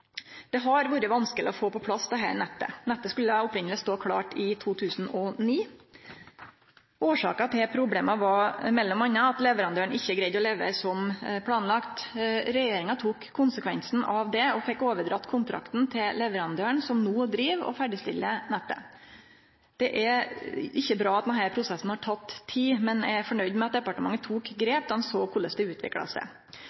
Det har vore vanskeleg å få på plass dette nettet. Nettet skulle eigentleg stå klart i 2009. Årsaka til problema var m.a. at leverandøren ikkje greidde å levere som planlagt. Regjeringa tok konsekvensen av det, og fekk overdrege kontrakten til leverandøren som no driv og ferdigstiller nettet. Det er ikkje bra at denne prosessen har teke tid, men eg er nøgd med at departementet tok grep då ein såg korleis det utvikla seg.